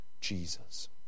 Jesus